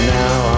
now